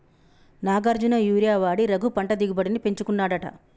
Nagarjuna urea వాడి రఘు పంట దిగుబడిని పెంచుకున్నాడట